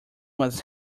was